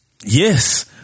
Yes